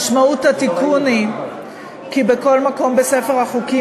משמעות התיקון היא כי בכל מקום בספר החוקים